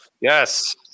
Yes